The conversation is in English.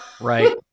Right